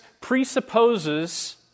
presupposes